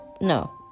No